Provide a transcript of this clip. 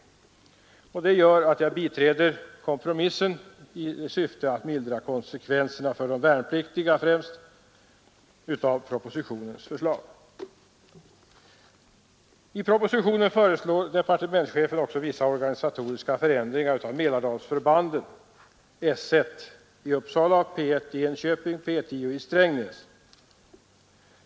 Det gör att jag biträder kompromissen i syfte att mildra konsekvenserna av propositionens förslag, främst för de värnpliktiga. I propositionen föreslår departementschefen också vissa organisatoriska förändringar av förbanden i Mälardalen — S 1 i Uppsala, P 1 i Enköping och P 10 i Strängnäs.